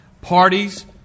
Parties